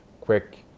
quick